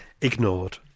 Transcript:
ignored